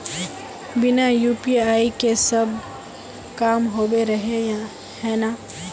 बिना यु.पी.आई के सब काम होबे रहे है ना?